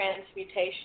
transmutation